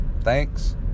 thanks